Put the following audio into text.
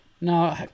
No